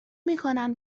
میکنن